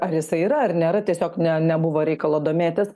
ar jisai yra ar nėra tiesiog ne nebuvo reikalo domėtis